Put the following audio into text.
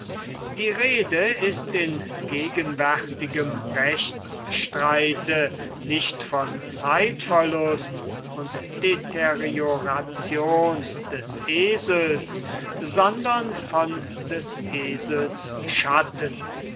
die rede ist in gegenwärtigem rechtsstreit nicht von zeitverlust und deterioration des esels sondern von des esels schatten